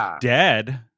dead